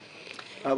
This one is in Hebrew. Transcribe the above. אליו,